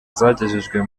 zagejejwe